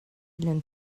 learned